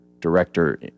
director